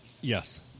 Yes